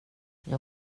jag